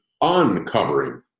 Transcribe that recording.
uncovering